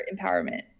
empowerment